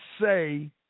say